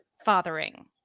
fathering